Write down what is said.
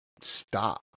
stop